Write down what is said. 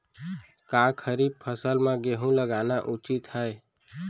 का खरीफ फसल म गेहूँ लगाना उचित है?